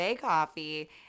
coffee